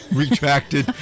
retracted